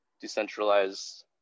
decentralized